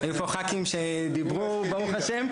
היו פה ח"כים שדיברו ברוך ה'.